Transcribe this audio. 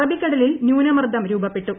അറബിക്കടലിൽ ന്യൂനമർദ്ദം രൂപപ്പെട്ടു